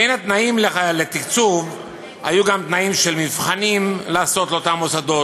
בין התנאים לתקצוב היו גם תנאים של מבחנים לעשות לאותם מוסדות,